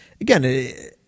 again